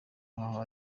nk’aho